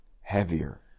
heavier